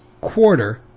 quarter